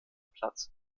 platz